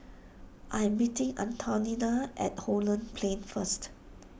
I'm meeting Antonina at Holland Plain first